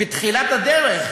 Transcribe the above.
בתחילת הדרך,